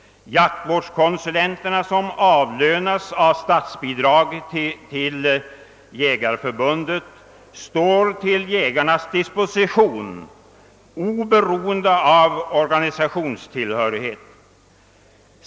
Jaktvårdskonsulenterna, som avlönas av statsbidrag till Jägareförbundet, står till jägarnas disposition, oberoende av organisationstillhörighet.